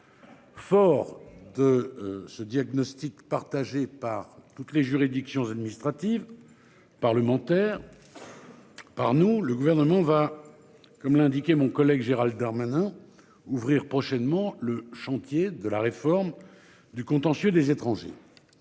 Fort de ce diagnostic partagé par toutes les juridictions administratives. Parlementaire. Par nous. Le gouvernement va comme l'a indiqué, mon collègue Gérald Darmanin ouvrir prochainement le chantier de la réforme du contentieux des étrangers.